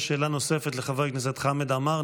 יש שאלה נוספת לחבר הכנסת חמד עמאר.